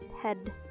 Head